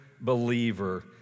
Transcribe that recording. believer